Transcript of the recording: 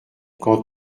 quand